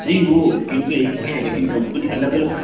नहीं वो स्कीम तो एक ही है लेकिन कंपनी अलग अलग